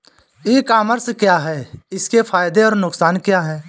ई commerce क्या है इसके फायदे और नुकसान क्या है?